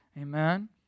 Amen